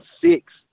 six